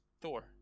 Thor